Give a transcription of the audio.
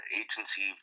agency